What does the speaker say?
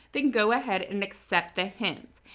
then go ahead and accept the hint.